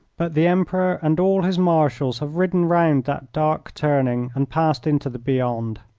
but the emperor and all his marshals have ridden round that dark turning and passed into the beyond.